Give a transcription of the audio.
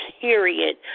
period